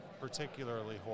particularly